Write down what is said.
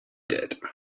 did